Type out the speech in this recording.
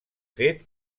fet